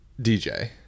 dj